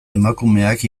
emakumeak